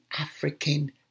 African